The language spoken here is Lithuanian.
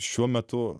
šiuo metu